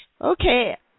Okay